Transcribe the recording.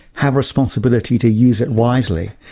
have responsibility to use it wisely.